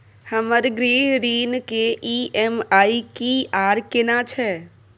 हमर गृह ऋण के ई.एम.आई की आर केना छै?